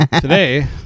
Today